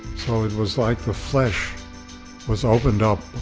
so it was like the flesh was opened up